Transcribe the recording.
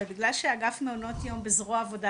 ובגלל שאגף מעונות יום בזרוע העבודה,